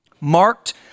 marked